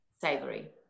savory